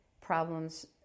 problems